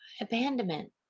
abandonment